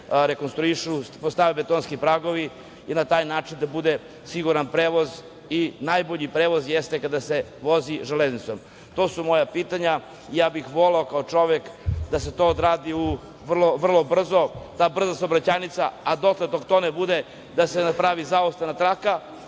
rekonstruišu, postave betonski pragovi i na taj način da bude siguran prevoz. Najbolji prevoz je kada se vozi železnicom. To su moja pitanja. Voleo bih kao čovek da se to odradi vrlo brzo. Dok to ne bude da se napravi zaustavna traka,